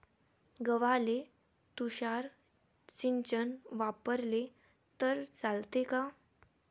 गव्हाले तुषार सिंचन वापरले तर चालते का?